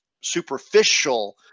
superficial